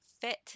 fit